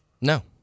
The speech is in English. No